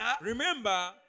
Remember